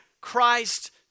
Christ